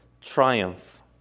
triumph